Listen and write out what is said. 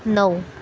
नऊ